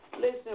listen